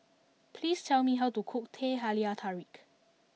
please tell me how to cook Teh Halia Tarik